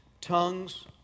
tongues